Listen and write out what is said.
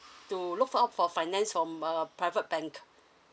to look out for finance from a private bank